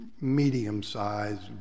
medium-sized